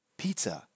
pizza